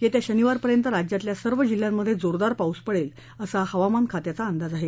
येत्या शनिवारपर्यंत राज्यातल्या सर्व जिल्ह्यांमधे जोरदार पाऊस पडेल असा हवामान खात्याचा अंदाज आहे